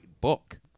book